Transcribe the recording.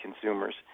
consumers